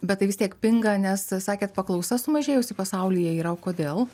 bet tai vistiek pinga nes sakėt paklausa sumažėjusi pasaulyje yra o kodėl